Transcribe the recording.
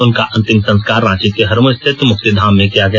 उनका अंतिम संस्कार रांची के हरमू स्थित मुक्तिधाम में किया गया